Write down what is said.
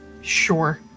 Sure